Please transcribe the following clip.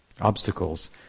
obstacles